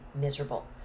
miserable